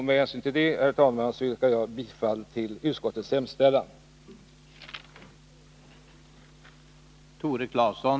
Med hänsyn till det, herr talman, yrkar jag bifall till utskottets hemställan.